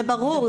זה ברור,